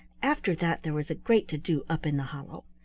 after that there was a great to-do up in the hollow.